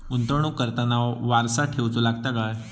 गुंतवणूक करताना वारसा ठेवचो लागता काय?